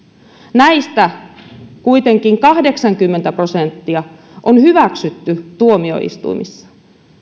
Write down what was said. näistä kuitenkin kahdeksankymmentä prosenttia on hyväksytty tuomioistuimissa